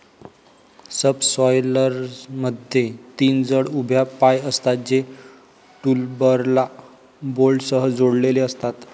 सबसॉयलरमध्ये तीन जड उभ्या पाय असतात, जे टूलबारला बोल्टसह जोडलेले असतात